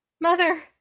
Mother